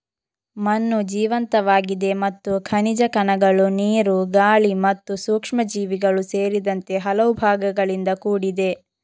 ಮಣ್ಣು ಜೀವಂತವಾಗಿದೆ ಮತ್ತು ಖನಿಜ ಕಣಗಳು, ನೀರು, ಗಾಳಿ ಮತ್ತು ಸೂಕ್ಷ್ಮಜೀವಿಗಳು ಸೇರಿದಂತೆ ಹಲವು ಭಾಗಗಳಿಂದ ಕೂಡಿದೆ